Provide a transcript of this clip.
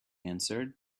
answered